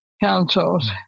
councils